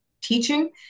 teaching